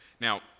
Now